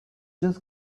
just